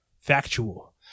factual